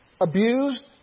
abused